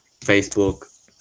Facebook